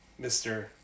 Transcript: Mr